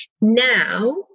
Now